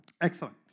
Excellent